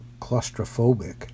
claustrophobic